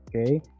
Okay